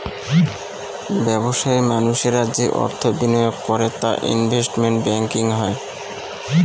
ব্যবসায়ী মানুষরা যে অর্থ বিনিয়োগ করে তা ইনভেস্টমেন্ট ব্যাঙ্কিং হয়